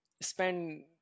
spend